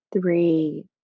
three